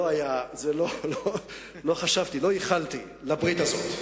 לא ייחלתי לברית הזאת.